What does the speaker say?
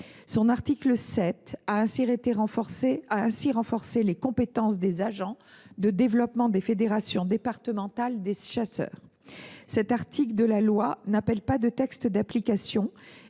ce texte a ainsi renforcé les compétences des agents de développement des fédérations départementales des chasseurs. Cet article de la loi n’appelle pas de texte d’application